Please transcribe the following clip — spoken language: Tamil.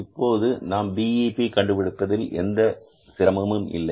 இப்போது நாம் BEP கண்டுபிடிப்பதில் எந்த சிரமமும் இல்லை